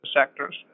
sectors